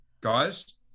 guys